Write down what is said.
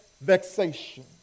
vexation